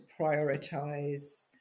prioritize